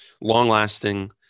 long-lasting